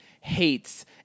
hates